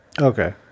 Okay